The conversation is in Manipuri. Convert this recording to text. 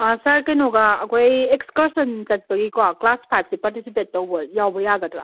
ꯁꯥꯔ ꯀꯩꯅꯣꯒ ꯑꯩꯈꯣꯏ ꯑꯦꯛꯀꯥꯔꯁꯟ ꯆꯠꯄꯒꯤꯀꯣ ꯀ꯭ꯂꯥꯁ ꯐꯥꯏꯕꯁꯤ ꯄꯥꯔꯇꯤꯁꯤꯄꯦꯠ ꯇꯧꯕ ꯌꯥꯎꯕ ꯌꯥꯒꯗ꯭ꯔꯥ